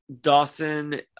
Dawson